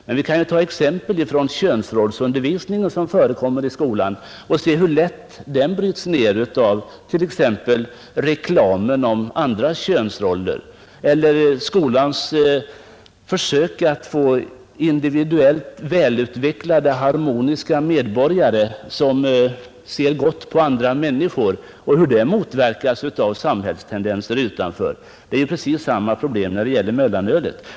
Men vi kan ju ta exempel från den könsrollsundervisning som förekommer i skolan. Vi ser ju hur lätt den motarbetas av t.ex. reklamen som för fram andra könsroller. Eller vi kan se på skolans försök att skapa individuellt väl utvecklade harmoniska medborgare som är positiva till andra människor och hur de försöken motverkas av samhällsföreteelser utanför skolan. Det föreligger precis samma problem vad gäller mellanölet.